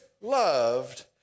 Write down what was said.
loved